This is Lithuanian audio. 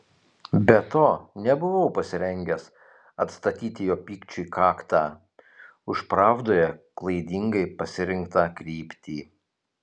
be to nebuvau pasirengęs atstatyti jo pykčiui kaktą už pravdoje klaidingai pasirinktą kryptį